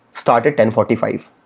start at ten forty five.